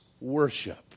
worship